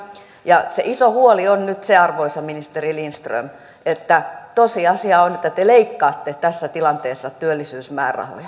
se iso huoli on nyt se arvoisa ministeri lindström että tosiasia on että te leikkaatte tässä tilanteessa työllisyysmäärärahoja